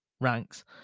ranks